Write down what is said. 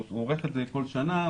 שהוא עורך בכל שנה,